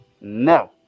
No